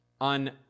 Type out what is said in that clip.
on